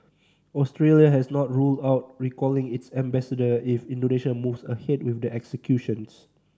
Australia has not ruled out recalling its ambassador if Indonesia moves ahead with the executions